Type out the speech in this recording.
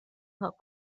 پاک